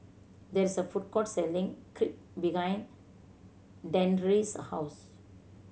there is a food court selling Crepe behind Dandre's house